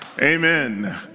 Amen